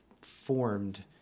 formed